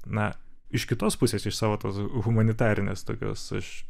na iš kitos pusės iš savo tas humanitarines tokios aš